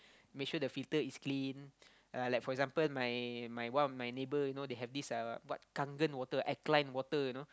make sure the filter is clean uh like for example my my one of my neighbour you know they have this uh what kangen water alkaline water you know